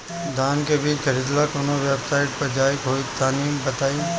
धान का बीज खरीदे ला काउन वेबसाइट पर जाए के होई तनि बताई?